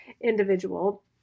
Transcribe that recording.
individual